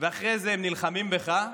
ואחרי זה הם נלחמים בך,